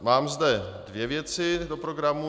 Mám zde dvě věci do programu.